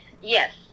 yes